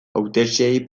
hautetsiei